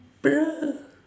bruh